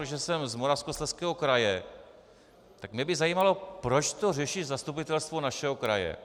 Protože jsem z Moravskoslezského kraje, tak mě by zajímalo, proč to řeší zastupitelstvo našeho kraje.